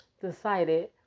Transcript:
decided